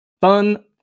fun